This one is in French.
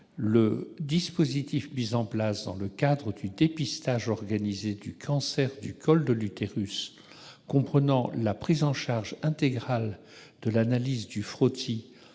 le dispositif mis en place dans le cadre du dépistage organisé du cancer du col de l'utérus, comprenant la prise en charge intégrale de l'analyse du frottis